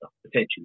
potentially